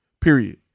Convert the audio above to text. period